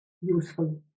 useful